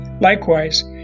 Likewise